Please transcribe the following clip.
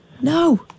No